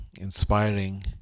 inspiring